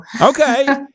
Okay